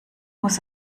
muss